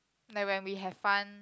like when we have fun